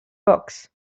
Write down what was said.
books